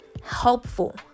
helpful